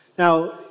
Now